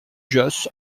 juas